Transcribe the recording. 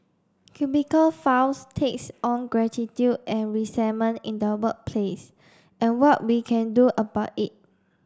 cubicle files takes on gratitude and resentment in the workplace and what we can do about it